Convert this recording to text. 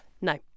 no